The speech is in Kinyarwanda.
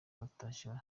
batashye